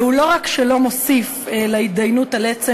ולא רק שהוא לא מוסיף להתדיינות על עצם